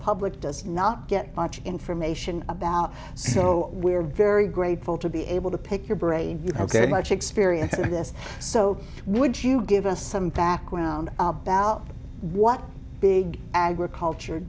public does not get much information about so we are very grateful to be able to pick your brain very much experience this so would you give us some background about what big agriculture